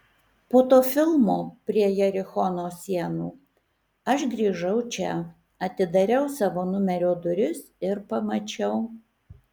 po to filmo prie jerichono sienų aš grįžau čia atidariau savo numerio duris ir pamačiau